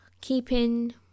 keeping